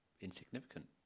insignificant